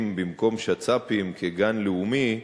ציבוריים, במקום שצ"פים כגן לאומי,